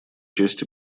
честь